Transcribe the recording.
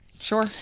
sure